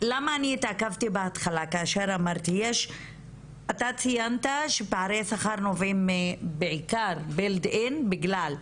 אתה ציינת שפערי שכר נובעים בעיקר בגלל המקצוע,